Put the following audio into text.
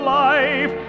life